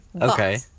Okay